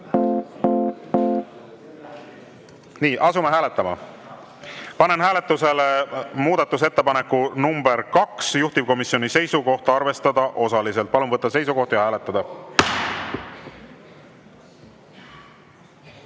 Nii, asume hääletama. Panen hääletusele muudatusettepaneku nr 2, juhtivkomisjoni seisukoht: arvestada osaliselt. Palun võtta seisukoht ja hääletada!